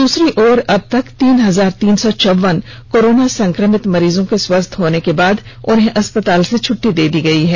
दूसरी तरफ अब तक तीन हजार तीन सौ चौवन कोरोना संक्रमित मरीजों के स्वस्थ होने के बाद उन्हें अस्पताल से छुट्टी मिल चुकी है